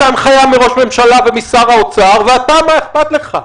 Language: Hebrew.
הנחייה מראש הממשלה ומשר האוצר ואתה מה אכפת לך.